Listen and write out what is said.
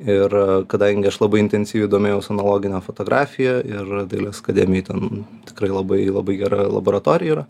ir kadangi aš labai intensyviai domėjaus analogine fotografija ir dailės akademijoj ten tikrai labai labai gera laboratorija yra